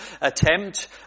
attempt